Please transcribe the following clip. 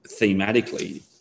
thematically